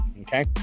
Okay